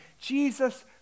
Jesus